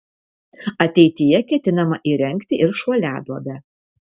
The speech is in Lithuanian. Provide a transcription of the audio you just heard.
ateityje ketinama įrengti ir šuoliaduobę